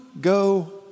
go